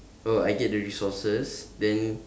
oh I get the resources then